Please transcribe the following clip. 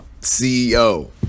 CEO